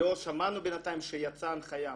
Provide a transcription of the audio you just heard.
לא שמענו בינתיים שיצאה הנחיה.